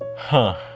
huh,